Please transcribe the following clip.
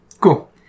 Cool